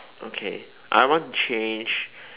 okay I want to change